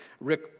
Rick